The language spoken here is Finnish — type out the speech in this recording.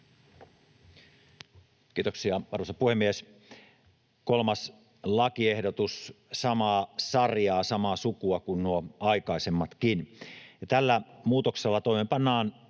Kiitoksia, arvoisa puhemies! Kolmas lakiehdotus samaa sarjaa, samaa sukua kuin nuo aikaisemmatkin, ja tällä muutoksella toimeenpannaan